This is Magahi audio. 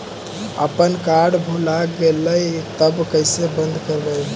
अपन कार्ड भुला गेलय तब कैसे बन्द कराइब?